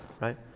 right